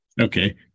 Okay